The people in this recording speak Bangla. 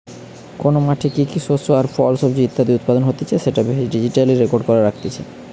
কোন মাঠে কি কি শস্য আর ফল, সবজি ইত্যাদি উৎপাদন হতিছে সেটা ডিজিটালি রেকর্ড করে রাখতিছে